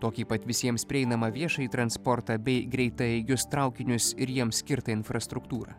tokį pat visiems prieinamą viešąjį transportą bei greitaeigius traukinius ir jiems skirtą infrastruktūrą